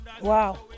Wow